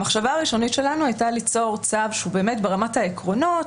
המחשבה הראשונית שלנו הייתה ליצור צו שהוא באמת ברמת העקרונות,